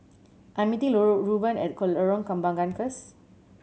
I am meeting Reuben at Lorong Kembagan first